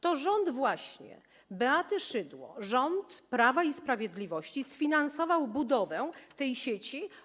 To właśnie rząd Beaty Szydło, rząd Prawa i Sprawiedliwości sfinansował budowę tej sieci.